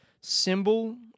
symbol